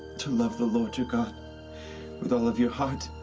to love the lord your god with all of your heart,